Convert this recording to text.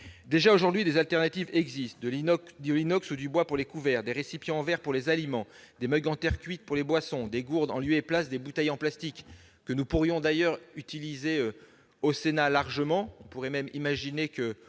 Déjà aujourd'hui, des alternatives existent : de l'inox ou du bois pour les couverts, des récipients en verre pour les aliments, des mugs en terre cuite pour les boissons, des gourdes en lieu et place des bouteilles en plastique. Nous pourrions d'ailleurs utiliser largement ces dernières au Sénat.